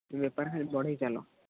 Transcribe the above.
ତୁମେ ବେପାର ଖାଲି ବଢ଼େଇ ଚାଲ